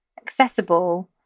accessible